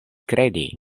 kredi